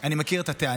הוא לא מצדיק טרור.